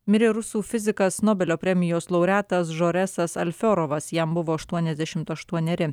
mirė rusų fizikas nobelio premijos laureatas žoresas alfiorovas jam buvo aštuoniasdešimt aštuoneri